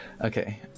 Okay